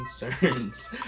concerns